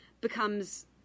becomes